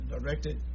directed